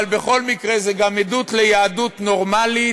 אבל בכל מקרה זו גם עדות ליהדות נורמלית,